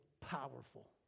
powerful